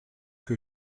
que